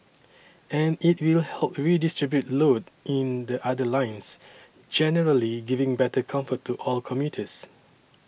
and it will help redistribute load in the other lines generally giving better comfort to all commuters